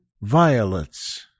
violets